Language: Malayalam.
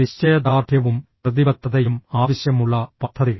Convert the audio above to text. നിശ്ചയദാർഢ്യവും പ്രതിബദ്ധതയും ആവശ്യമുള്ള പദ്ധതി